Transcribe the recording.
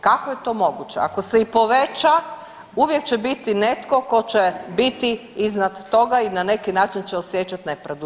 Kako je to moguće ako se i poveća uvijek će biti netko tko će biti iznad toga i na neki način će osjećati nepravdu?